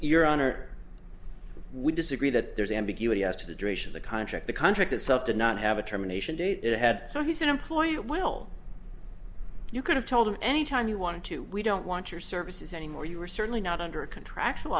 your honor we disagree that there's ambiguity as to the duration of the contract the contract itself did not have a termination date it had so he said employer well you could have told him anytime you want to we don't want your services anymore you were certainly not under a contractual